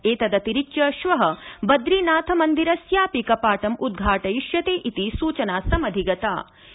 एतदतिरिच्य श्वः बद्रीनाथ मंदिरस्यापि कपाटं उद्घाटयिष्यते इति सूचना समधिगतास्ति